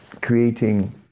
creating